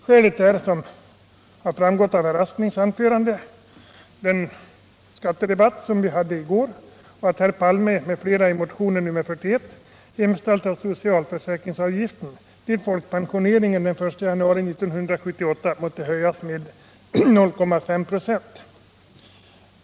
Skälet därtill är, som framgått av herr Asplings anförande och av skattedebatten i går, att herr Palme m.fl. i motionen 1977/78:41 hemställt om att socialförsäkringsavgiften till folkpensioneringen den 1 januari 1978 måste höjas med 0,5 96.